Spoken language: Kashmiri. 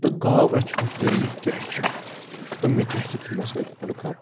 تہٕ گاو رَچھنُک طریٖقہٕ کیاہ چھُ تہٕ مےٚ کیاہ چھِ تٔمِس سٕتۍ گۄڈٕ کَرُن